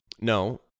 no